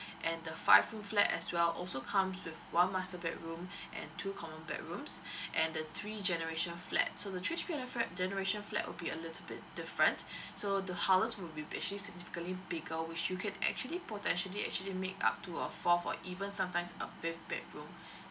and the five room flat as well also comes with one master bedroom and two common bedrooms and the three generation flat so the three generation flat generation flat will be a little bit different so the houses will be actually significantly bigger which you can actually potentially actually make up to a fourth or even sometimes a fifth bedroom